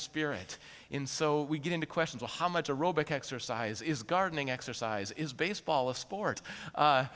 spirit in so we get into questions of how much a robot exercise is gardening exercise is baseball a sport